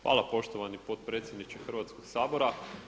Hvala poštovani potpredsjedniče Hrvatskog sabora.